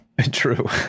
True